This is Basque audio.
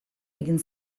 egin